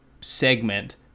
segment